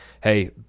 Hey